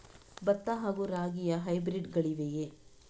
ಭತ್ತ ಹಾಗೂ ರಾಗಿಯ ಹೈಬ್ರಿಡ್ ಗಳಿವೆಯೇ?